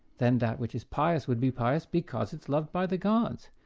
then that which is pious would be pious because it's loved by the gods.